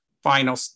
final